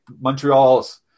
Montreal's